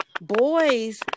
boys